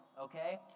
okay